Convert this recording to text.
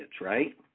right